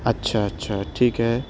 اچھا اچھا ٹھیک ہے